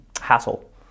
hassle